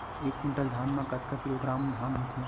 एक कुंटल धान में कतका किलोग्राम धान होथे?